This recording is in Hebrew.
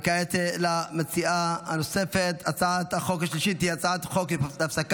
כעת למציעה הנוספת: הצעת החוק השלישית היא הצעת החוק של חברת הכנסת